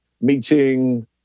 meeting